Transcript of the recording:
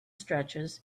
stretches